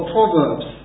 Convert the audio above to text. Proverbs